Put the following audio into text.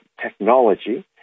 technology